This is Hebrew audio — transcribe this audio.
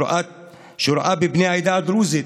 שרואה בבני העדה הדרוזית